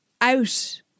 out